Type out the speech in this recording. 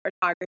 photography